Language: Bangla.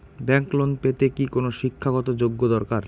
ব্যাংক লোন পেতে কি কোনো শিক্ষা গত যোগ্য দরকার?